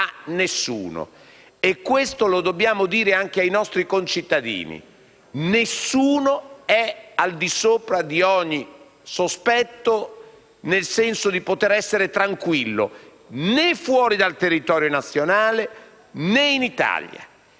nessuno è al di sopra di ogni sospetto nel senso di poter essere tranquillo, né fuori dal territorio nazionale né in Italia.